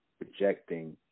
projecting